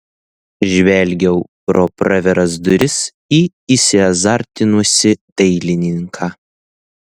žvelgiau pro praviras duris į įsiazartinusį dailininką